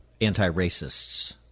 anti-racists